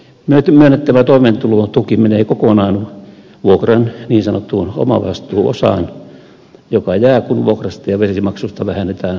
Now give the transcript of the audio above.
nyt myönnettävä toimeentulotuki menee kokonaan vuokran niin sanottuun omavastuuosaan joka jää kun vuokrasta ja vesimaksusta vähennetään asumistuki